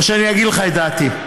או שאני אגיד לך את דעתי?